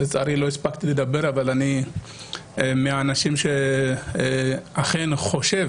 לצערי לא הספקתי לדבר אבל אני מהאנשים שאכן חושב